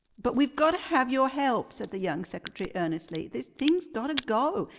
but we've gotta have your help, said the young secretary earnestly. this thing's gotta go!